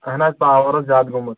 اہن حظ پاوَر اوس زیادٕ گوٚمُت